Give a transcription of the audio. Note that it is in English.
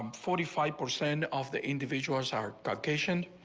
forty five percent off the individuals are provocation.